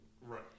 Right